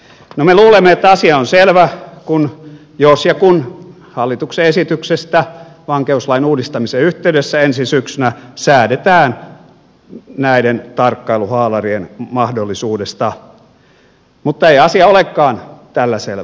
me luulemme että asia on selvä jos ja kun hallituksen esityksestä vankeuslain uudistamisen yhteydessä ensi syksynä säädetään näiden tarkkailuhaalareiden mahdollisuudesta mutta ei asia olekaan tällä selvä